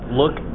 look